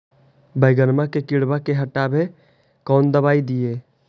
बैगनमा के किड़बा के हटाबे कौन दवाई दीए?